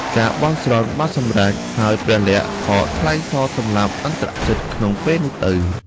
ការបន់ស្រន់បានសម្រេច ហើយព្រះលក្សណ៍ក៏ថ្លែងសរសម្លាប់ឥន្ទ្រជិតក្នុងពេលនោះទៅ។